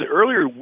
earlier